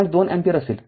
two ampere असेल